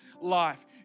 life